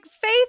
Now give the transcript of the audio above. Faith